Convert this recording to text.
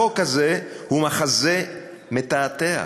החוק הזה הוא מחזה מתעתע.